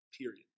Period